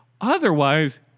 otherwise